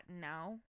now